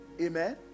Amen